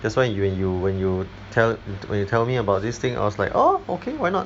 that's why you when you when you tell you tell me about this thing I was like orh okay why not